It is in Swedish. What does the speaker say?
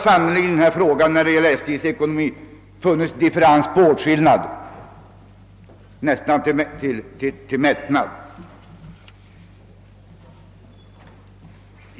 Beträffande frågan om SJ:s ekonomi har sannerligen förelegat skilda uppfattningar nästan till mättnad.